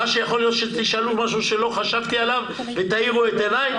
יכול להיות שתשאלו משהו שלא חשבתי עליו ותאירו את עיניי,